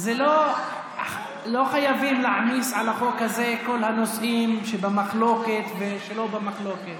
לא חייבים להעמיס על החוק הזה את כל הנושאים שבמחלוקת ושלא במחלוקת.